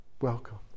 Welcome